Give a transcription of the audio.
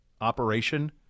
operation